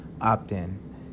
opt-in